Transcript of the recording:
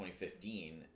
2015